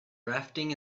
rafting